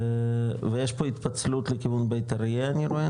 יש פה התפצלות לכיוון בית אריה אני רואה,